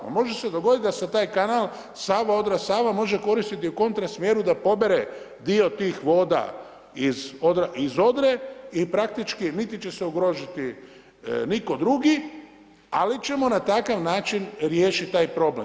Pa može se dogoditi da se taj kanal Sava-Odra-Sava može koristiti u kontra smjeru da pobere dio tih voda iz Odre i praktički niti će se ugroziti nitko drugi ali ćemo na takav način riješiti taj problem.